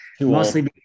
mostly